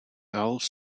owls